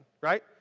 right